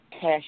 cash